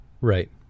Right